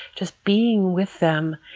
just being with them.